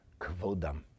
Kvodam